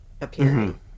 appearing